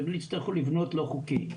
ובלי שיצטרכו לבנות לא חוקי.